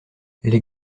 les